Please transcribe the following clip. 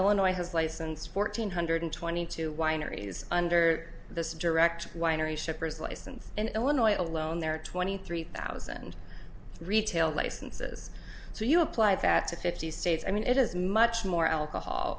illinois has licensed fourteen hundred twenty two wineries under the direct winery shippers license and illinois alone there are twenty three thousand retail licenses so you apply that to fifty states i mean it is much more alcohol